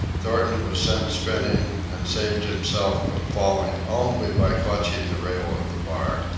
thornton was sent spinning, and saved himself from falling only by clutching the rail of the bar.